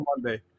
Monday